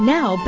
Now